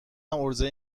عرضه